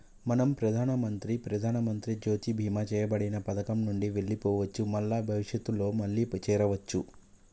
మనం ప్రధానమంత్రి ప్రధానమంత్రి జ్యోతి బీమా చేయబడిన పథకం నుండి వెళ్లిపోవచ్చు మల్ల భవిష్యత్తులో మళ్లీ చేరవచ్చు